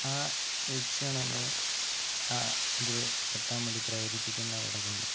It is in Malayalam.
ആ ലക്ഷ്യമാണ് എന്നെ ആ ഇതിൽ എത്താൻ വേണ്ടി പ്രേരിപ്പിക്കുന്ന ഘടകം